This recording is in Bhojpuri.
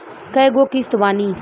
कय गो किस्त बानी?